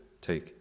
Take